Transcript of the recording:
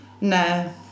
No